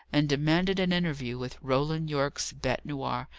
and demanded an interview with roland yorke's bete noire,